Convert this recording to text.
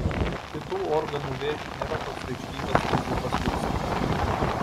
kitų organų vėžiui nėra toks reikšmingas rizikos veiksnys